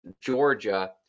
Georgia